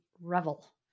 revel